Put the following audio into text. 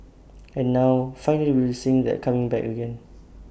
and now finally we're seeing that coming back again